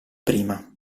prima